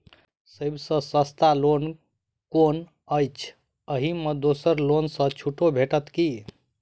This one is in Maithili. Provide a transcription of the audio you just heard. सब सँ सस्ता लोन कुन अछि अहि मे दोसर लोन सँ छुटो भेटत की?